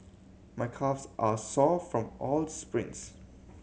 my calves are sore from all the sprints